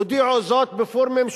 הודיעו זאת בפורומים שונים,